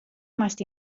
moast